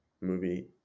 movie